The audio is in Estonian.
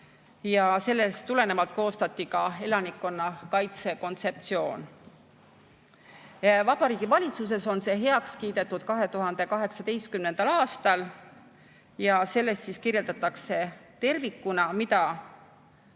ja sellest tulenevalt koostati ka elanikkonnakaitse kontseptsioon. Vabariigi Valitsuses on see heaks kiidetud 2018. aastal ja selles kirjeldatakse tervikuna, mida